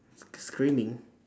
s~ screaming